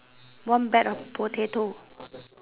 one bag of potato